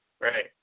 Right